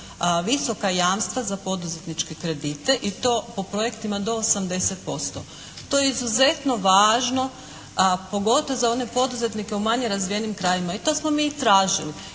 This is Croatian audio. visoka jamstva za poduzetničke kredite i to po projektima do 80%. To je izuzetno važno pogotovo za one poduzetnike u manje razvijenim krajevima i to smo mi tražili